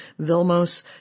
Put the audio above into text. Vilmos